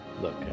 Look